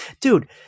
dude